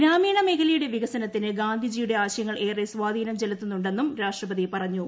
ഗ്രാമീണ മേഖലയുടെ വികസനത്തിന് ഗാന്ധിജിയുടെ ആശയങ്ങൾ ഏറെ സ്വാധീനം ചെലുത്തുന്നുണ്ടെന്നും രാഷ്ട്രപതി പറഞ്ഞു